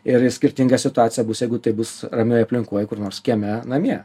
ir į skirtingą situaciją bus jeigu tai bus ramioj aplinkoj kur nors kieme namie